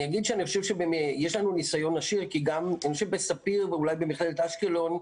יש לנו ניסיון עשיר כי במכללת ספיר ואולי גם במכללת אשקלון,